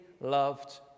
loved